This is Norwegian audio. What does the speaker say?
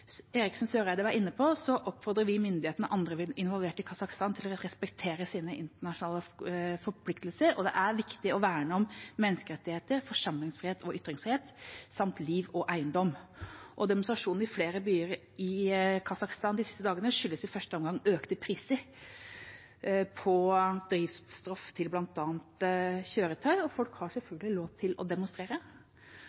Eriksen Søreide var inne på, oppfordrer vi myndighetene og andre involverte i Kasakhstan til å respektere sine internasjonale forpliktelser. Det er viktig å verne om menneskerettigheter, forsamlingsfrihet og ytringsfrihet samt liv og eiendom. Demonstrasjoner i flere byer i Kasakhstan de siste dagene skyldes i første omgang økte priser på drivstoff til bl.a. kjøretøy, og folk har